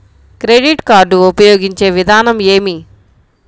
Credit card ఉపయోగించే విధానం ఏమి?